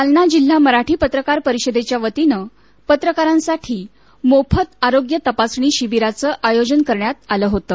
जालना जिल्हा मराठी पत्रकार परिषदेच्यावतीनं पत्रकारांसाठी मोफत आरोग्य तपासणी शिबिराचं आयोजन करण्यात आलं होतं